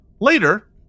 Later